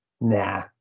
Nah